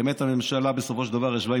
באמת הממשלה בסופו של דבר ישבה עם